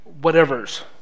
whatever's